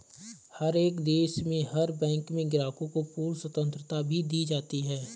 हर एक देश में हर बैंक में ग्राहकों को पूर्ण स्वतन्त्रता भी दी जाती है